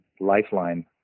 lifeline